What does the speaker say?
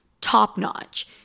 top-notch